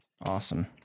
awesome